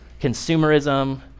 consumerism